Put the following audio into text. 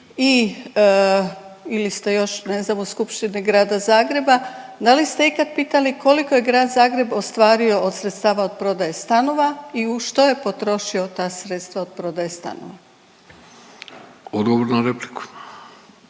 ili ste još ne znam u Skupštini Grada Zagreba da li ste ikad pitali koliko je grad Zagreb ostvario od sredstava od prodaje stanova i u što je potrošio ta sredstva od prodaje stanova? **Vidović, Davorko